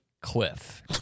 cliff